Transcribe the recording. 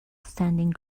standing